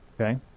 Okay